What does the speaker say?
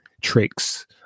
tricks